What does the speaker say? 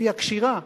לפי הקשירה,